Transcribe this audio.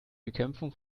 bekämpfung